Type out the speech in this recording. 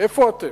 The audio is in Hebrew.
איפה אתם?